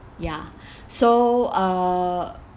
ya so uh